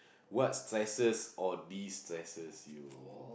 what stresses or destresses you